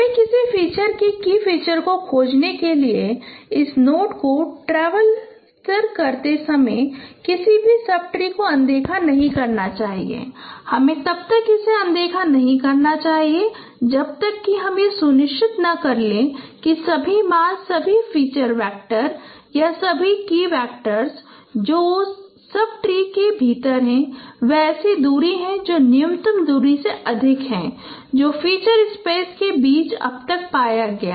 हमें किसी फीचर की फीचर को खोजने के लिए इस नोड को ट्रेवर्स करते समय किसी भी सब ट्री को अनदेखा नहीं करना चाहिए हमें तब तक इसे अनदेखा नहीं करना चाहिए जब तक कि हम यह सुनिश्चित न कर लें कि सभी मान सभी फ़ीचर वैक्टर या सभी की वैक्टर जो उस सब ट्री के भीतर हैं वे ऐसी दूरी पर हैं जो न्यूनतम दूरी से अधिक है जो फीचर स्पेस के बीच अब तक पाया गया